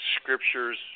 scriptures